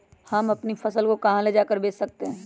हम अपनी फसल को कहां ले जाकर बेच सकते हैं?